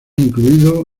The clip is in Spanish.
incluido